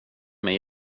mig